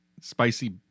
spicy